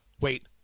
wait